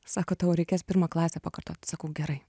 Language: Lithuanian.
sako tau reikės pirmą klasę pakartot sakau gerai